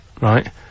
Right